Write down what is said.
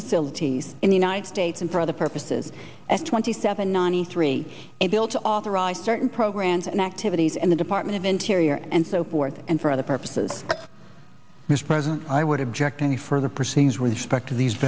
facilities in the united states and for other purposes as twenty seven ninety three a bill to authorize certain programs and activities in the department of interior and so forth and for other purposes mr president i would object any further proceedings respect to these